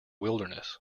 wilderness